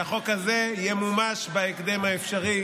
שהחוק הזה ימומש בהקדם האפשרי.